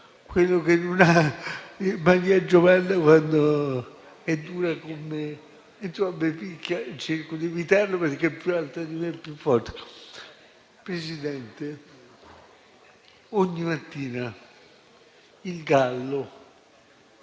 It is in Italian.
(quello che non ha Maria Giovanna quando è dura con me: insomma, mi picchia e cerco di evitarlo, perché è più alta di me e più forte). Signora Presidente, ogni mattina il gallo